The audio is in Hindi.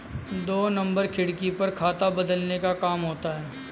दो नंबर खिड़की पर खाता बदलने का काम होता है